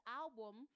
album